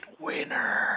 winner